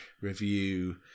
review